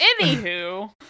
Anywho